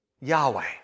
Yahweh